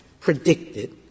predicted